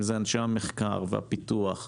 אם זה אנשי המחקר והפיתוח והיזמות,